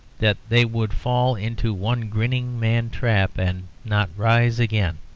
that they would fall into one grinning man-trap, and not rise again.